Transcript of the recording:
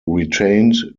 retained